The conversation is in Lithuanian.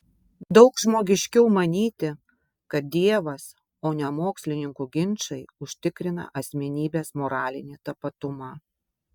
daug žmogiškiau manyti kad dievas o ne mokslininkų ginčai užtikrina asmenybės moralinį tapatumą